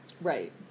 Right